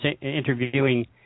interviewing